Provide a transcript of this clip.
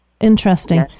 Interesting